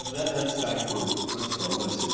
that's back where that's where i was